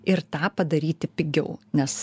ir tą padaryti pigiau nes